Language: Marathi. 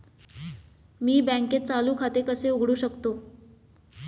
मी बँकेत चालू खाते कसे उघडू शकतो?